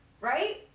Right